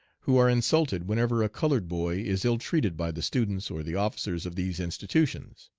who are insulted whenever a colored boy is ill-treated by the students or the officers of these institutions.